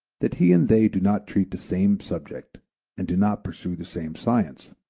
that he and they do not treat the same subject and do not pursue the same science.